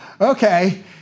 okay